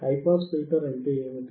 high pass filter అంటే ఏమిటి